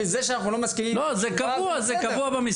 זה שאנחנו לא מסכימים --- לא, זה קבוע במשרד.